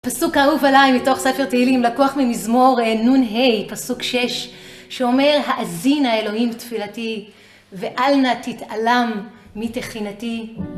הפסוק אהוב עלי, מתוך ספר תהילים, לקוח ממזמור נ"ה, פסוק שש, שאומר, האזינה אלוהים לתפילתי, ואל נא תתעלם מתחינתי.